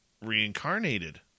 reincarnated